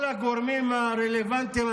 כל הגורמים הרלוונטיים,